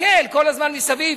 מסתכל כל הזמן מסביב,